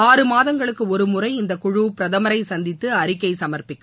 ஆறு மாதங்களுக்கு ஒருமுறை இந்தக் குழு பிரதமரை சந்தித்து அறிக்கை சமர்ப்பிக்கும்